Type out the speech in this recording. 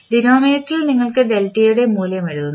ഡിനോമിനേറ്ററിൽ നിങ്ങൾ ഡെൽറ്റയുടെ മൂല്യം എഴുതുന്നു